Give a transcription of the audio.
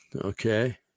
okay